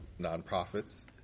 nonprofits